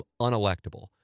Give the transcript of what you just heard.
unelectable